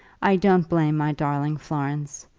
i don't blame my darling florence.